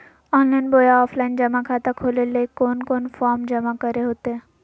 Online बोया offline जमा खाता खोले ले कोन कोन फॉर्म जमा करे होते?